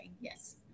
yes